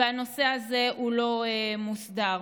הנושא הזה לא מוסדר.